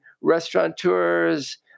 restaurateurs